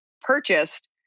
purchased